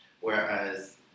whereas